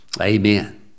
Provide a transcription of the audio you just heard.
Amen